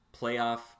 playoff